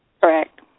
Correct